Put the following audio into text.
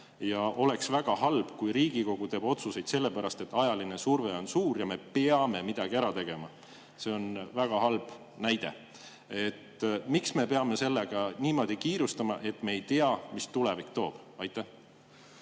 Oleks väga halb, kui Riigikogu teeks otsuseid selle pärast, et ajaline surve on suur ja me peame midagi ära tegema. See on väga halb näide. Miks me peame sellega niimoodi kiirustama, et me ei tea, mis tulevik toob? Tänan,